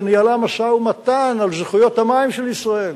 שניהלה משא-ומתן על זכויות המים של ישראל